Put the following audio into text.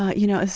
ah you know,